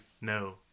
no